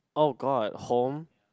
[oh]-god home